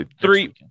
three